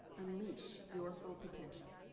unleash your full potential.